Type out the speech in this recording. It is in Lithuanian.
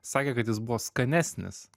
sakė kad jis buvo skanesnis